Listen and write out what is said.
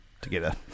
Together